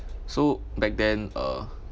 so back then uh